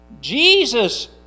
Jesus